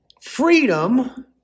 freedom